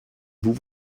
vous